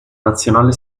nazionale